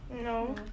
No